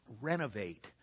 renovate